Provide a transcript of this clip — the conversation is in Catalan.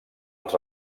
als